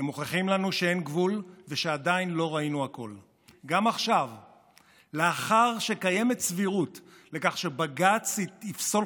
הינה, אני מאפס, אבל עד שלוש